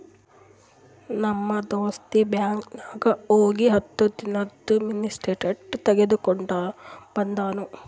ನಮ್ ದೋಸ್ತ ಬ್ಯಾಂಕ್ ನಾಗ್ ಹೋಗಿ ಹತ್ತ ದಿನಾದು ಮಿನಿ ಸ್ಟೇಟ್ಮೆಂಟ್ ತೇಕೊಂಡ ಬಂದುನು